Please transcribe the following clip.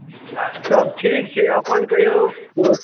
सभ ठीक छै अपन कहियौ दोस्त